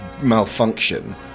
malfunction